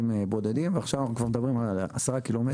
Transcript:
בודדים ועכשיו אנחנו כבר מדברים על 10 קילומטרים.